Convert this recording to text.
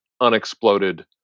unexploded